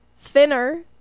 thinner